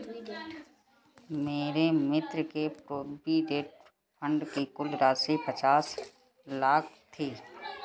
मेरे मित्र के प्रोविडेंट फण्ड की कुल राशि पचास लाख थी